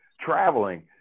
traveling